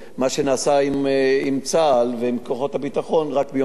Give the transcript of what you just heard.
מה שנעשה עם צה"ל ועם כוחות הביטחון רק ביום שני,